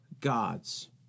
gods